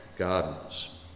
Gardens